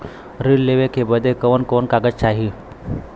ऋण लेवे बदे कवन कवन कागज चाही?